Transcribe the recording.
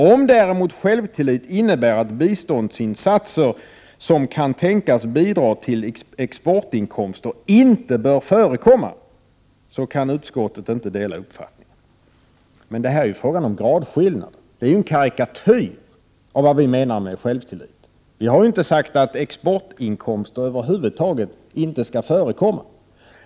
Om däremot självtillit innebär att biståndsinsatser som kan tänkas bidra till exportinkomster inte bör förekomma, kan utskottet inte dela den uppfattning som framförs ———.” Men detta är ju en fråga om gradskillnader. Det är ju en karikatyr av vad vi menar med självtillit. Vi har ju inte sagt att exportinkomster över huvud taget inte skall förekomma.